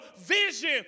vision